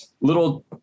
little